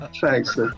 Thanks